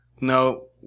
no